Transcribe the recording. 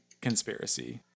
conspiracy